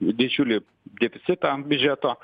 didžiulį deficitą biudžeto